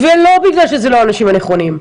ולא בגלל שזה לא האנשים הלא נכונים.